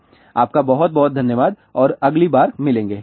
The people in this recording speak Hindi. आपका बहुत बहुत धन्यवाद और अगली बार मिलेंगे बाय